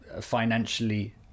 financially